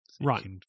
Right